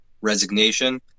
resignation